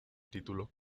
título